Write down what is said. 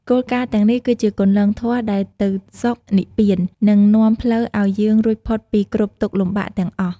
គោលការណ៍ទាំងនេះគឺជាគន្លងធម៌ដែលទៅសុខនិព្វាននិងនាំផ្លូវឱ្យយើងរួចផុតពីគ្រប់ទុក្ខលំបាកទាំងអស់។